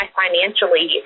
financially